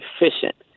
efficient